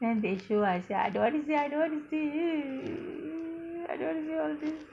then they show I say I don't want to see I don't want to see !ee! I don't want to see I don't want to see